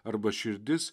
arba širdis